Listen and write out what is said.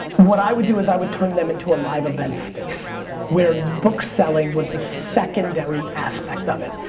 what i would do is i would turn them into a live events space where bookselling was the secondary aspect of it.